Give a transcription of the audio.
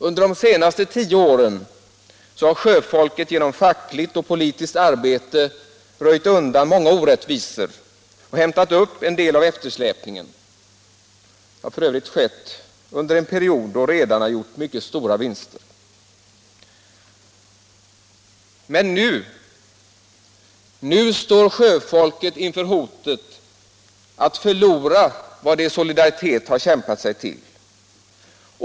Under de senaste tio åren har sjöfolket genom fackligt och politiskt arbete röjt undan många orättvisor och hämtat upp en del av eftersläpningen — detta har f. ö. skett under en period då redarna gjort mycket stora vinster. Men nu står sjöfolket inför hotet att förlora vad det i solidaritet har kämpat sig till.